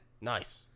Nice